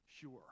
sure